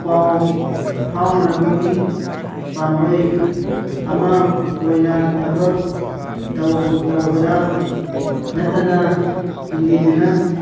ꯄꯥꯎ ꯐꯥꯎꯅꯅꯕꯒꯤ ꯄꯥꯝꯕꯩ ꯑꯃ ꯑꯣꯏꯅ ꯊꯕꯛ ꯇꯧꯕꯗ ꯅꯠꯇꯅ ꯏꯟꯗꯤꯖꯤꯅꯁ